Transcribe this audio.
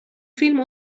فیلم